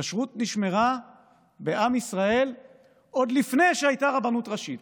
כשרות נשמרה בעם ישראל עוד לפני שהייתה רבנות ראשית